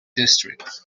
district